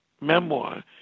memoir